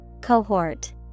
Cohort